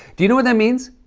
do you know what that means?